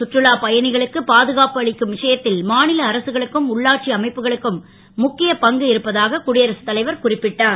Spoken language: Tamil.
சுற்றுலா பயணிகளுக்கு பாதுகாப்பு அளிக்கும் விஷயத் ல் மா ல அரசுகளுக்கும் உள்ளாட்சி அமைப்புகளுக்கும் முக்கிய பங்கு இருப்பதாக குடியரசுத் தலைவர் குறிப்பிட்டார்